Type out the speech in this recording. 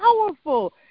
powerful